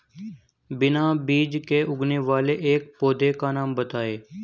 बिना बीज के उगने वाले एक पौधे का नाम बताइए